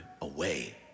away